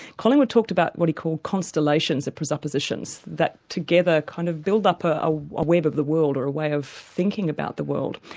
collingwood talked about what he called constellations of presuppositions, that together kind of build up a ah a web of the world, or a way of thinking about the world.